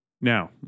Now